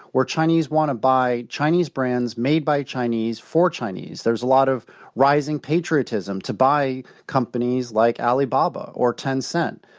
where chinese want to buy chinese brands made by chinese for chinese. there's a lot of rising patriotism to buy companies like alibaba or tencent,